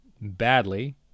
badly